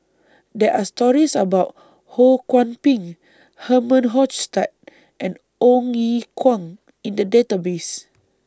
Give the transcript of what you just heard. There Are stories about Ho Kwon Ping Herman Hochstadt and Ong Ye Kuang in The Database